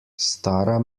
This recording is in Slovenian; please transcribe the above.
stara